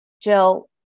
Jill